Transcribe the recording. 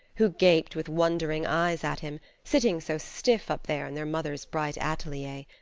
who gaped with wondering eyes at him, sitting so stiff up there in their mother's bright atelier.